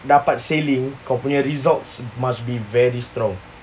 dapat sailing results must be very strong